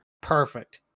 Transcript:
Perfect